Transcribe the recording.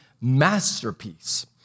masterpiece